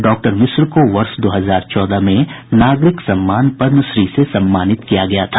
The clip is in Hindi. डॉक्टर मिश्र को वर्ष दो हजार चौदह में नागरिक सम्मान पद्मश्री से सम्मानित किया गया था